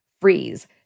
freeze